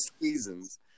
seasons